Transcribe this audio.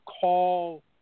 call